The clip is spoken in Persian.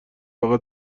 فقط